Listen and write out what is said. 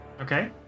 Okay